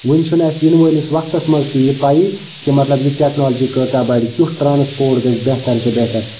وٕنہِ چھُ نہٕ اَسہِ یِنہٕ وٲلِس وقتَس مَنٛز تہِ یہِ پَیی کہِ مَطلَب یہِ ٹیٚکنالجی کۭژاہ بَڑِ ٹرانسپوٹ گَژھِ بہتَر سے بہتَر